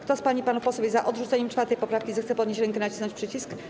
Kto z pań i panów posłów jest za odrzuceniem 4. poprawki, zechce podnieść rękę i nacisnąć przycisk.